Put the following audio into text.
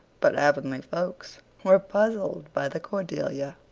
but avonlea folks were puzzled by the cordelia.